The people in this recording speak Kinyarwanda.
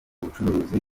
ubucuruzi